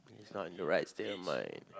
he's not in the right state of mind